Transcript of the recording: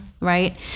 Right